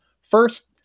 first